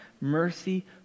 mercy